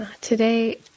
Today